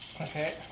Okay